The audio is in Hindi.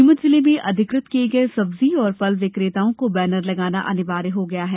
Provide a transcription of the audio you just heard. नीमच जिले में अधिकृत किये गये सब्जी और फल विक्रेताओं को बेनर लगाना अनिवार्य हो गया है